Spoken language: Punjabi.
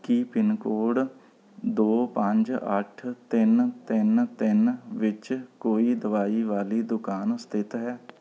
ਕੀ ਪਿੰਨ ਕੋਡ ਦੋ ਪੰਜ ਅੱਠ ਤਿੰਨ ਤਿੰਨ ਤਿੰਨ ਵਿੱਚ ਕੋਈ ਦਵਾਈ ਵਾਲੀ ਦੁਕਾਨ ਸਥਿਤ ਹੈ